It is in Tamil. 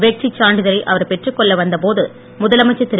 வெற்றிச் சான்றிதழை அவர் பெற்றுக் கொள்ள வந்த போது முதலமைச்சர் திரு